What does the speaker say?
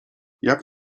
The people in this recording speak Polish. jak